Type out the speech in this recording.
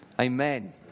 Amen